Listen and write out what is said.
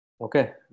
okay